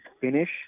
finish